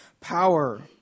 power